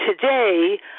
today